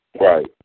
Right